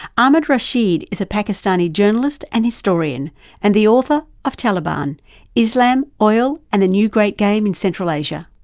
ahmed rashid is a pakistani journalist and historian and the author of taliban islam, oil and the new great game in central asia.